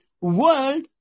World